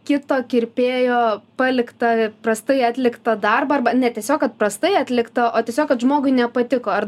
kito kirpėjo paliktą prastai atliktą darbą arba ne tiesiog kad prastai atliktą o tiesiog kad žmogui nepatiko ar